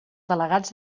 delegats